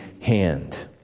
hand